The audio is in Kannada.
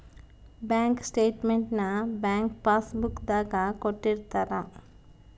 ಬ್ಯಾಂಕ್ ಸ್ಟೇಟ್ಮೆಂಟ್ ನ ಬ್ಯಾಂಕ್ ಪಾಸ್ ಬುಕ್ ದಾಗ ಕೊಟ್ಟಿರ್ತಾರ